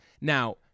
Now